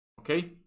okay